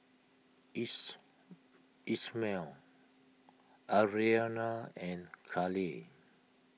is Ishmael Arianna and Callie